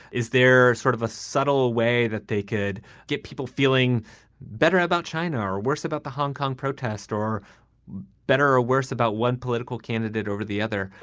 is there sort of a subtle way that they could get people feeling better about china or worse about the hong kong protest or better or worse, about one political candidate over the other?